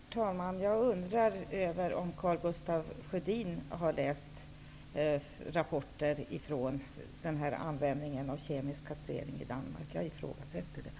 Herr talman! Jag undrar om Karl Gustaf Sjödin har läst rapporter från användningen av kemisk kastrering i Danmark. Jag ifrågasätter det.